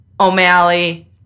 O'Malley